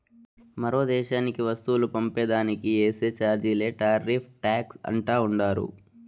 మరో దేశానికి వస్తువులు పంపే దానికి ఏసే చార్జీలే టార్రిఫ్ టాక్స్ అంటా ఉండారు